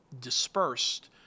dispersed